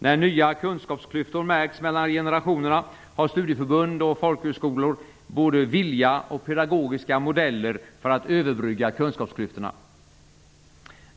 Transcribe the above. När nya kunskapsklyftor har märkts mellan generationerna har studieförbund och folkhögskolor haft både vilja och pedagogiska modeller för att överbrygga kunskapsklyftorna.